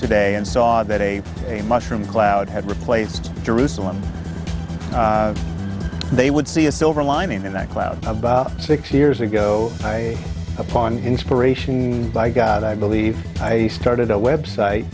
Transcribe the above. today and saw that a a mushroom cloud had replaced jerusalem they would see a silver lining in that cloud about six years ago upon inspiration by god i believe i started a website